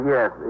Yes